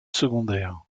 secondaires